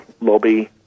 lobby